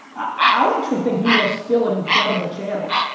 i actually think email's still an incredible channel.